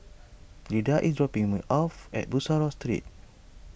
Glinda is dropping me off at Bussorah Street